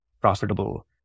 profitable